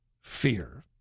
fear